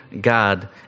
God